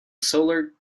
solar